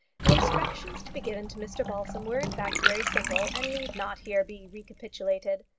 the instructions to be given to mr balsam were in fact very simple, and need not here be recapitulated.